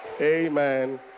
Amen